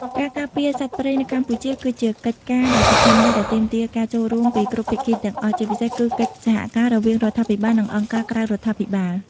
ការការពារសត្វព្រៃនៅកម្ពុជា គឺជាកិច្ចការដ៏សំខាន់មួយដែលទាមទារការចូលរួមពីគ្រប់ភាគីទាំងអស់ ជាពិសេសគឺកិច្ចសហការរវាងរដ្ឋាភិបាល និងអង្គការក្រៅរដ្ឋាភិបាល។